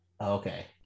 Okay